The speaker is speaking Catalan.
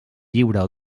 lliure